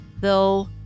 though